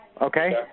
Okay